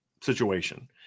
situation